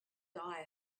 guy